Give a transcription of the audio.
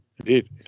Indeed